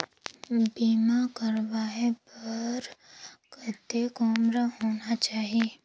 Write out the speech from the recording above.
बीमा करवाय बार कतेक उम्र होना चाही?